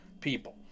people